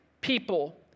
people